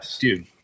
dude